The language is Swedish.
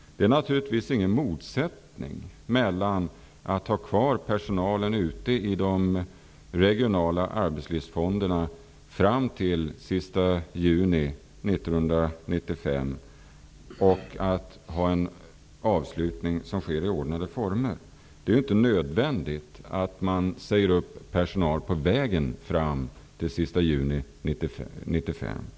Det är naturligtvis ingen motsättning mellan att ha kvar personalen ute i de regionala arbetslivsfonderna fram till den sista juni 1995 och att ha en avslutning som sker i ordnade former. Det är inte nödvändigt att man säger upp personal på vägen fram till den sista juni 1995.